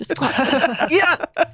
Yes